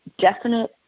definite